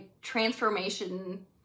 transformation